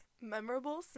Memorable